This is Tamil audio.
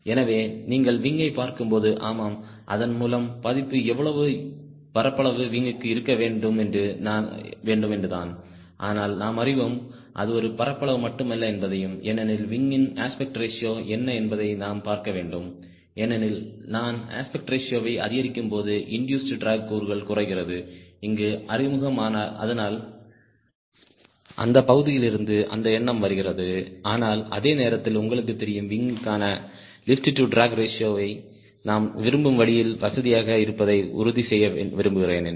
எனவே நீங்கள் விங்யைப் பார்க்கும்போது ஆமாம் அதன் முதல் பதிப்பு எவ்வளவு பரப்பளவு விங்க்கு இருக்க வேண்டுமென்று தான் ஆனால் நாம் அறிவோம் அது ஒரு பரப்பளவு மட்டுமல்ல என்பதையும் ஏனெனில் விங்யின் அஸ்பெக்ட் ரேஷியோ என்ன என்பதையும் நாம் பார்க்க வேண்டும் ஏனெனில் நான் அஸ்பெக்ட் ரேஷியோயை அதிகரிக்கும்போது இண்டூஸ்ட் ட்ராக் கூறுகள் குறைகிறது இங்கு அறிமுகம் அதனால் அந்த பகுதியிலிருந்து அந்த எண்ணம் வருகிறது ஆனால் அதே நேரத்தில் உங்களுக்கு தெரியும் விங்க்கான லிப்ட் டு ட்ராக் ரேஷியோவை நாம் விரும்பும் வழியில் வசதியாக இருப்பதை உறுதி செய்ய விரும்புகிறேன் என்று